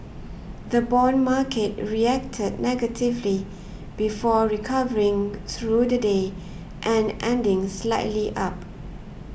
the bond market reacted negatively before recovering through the day and ending slightly up